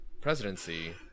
presidency